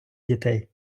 дітей